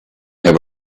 have